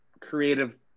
creative